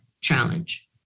challenge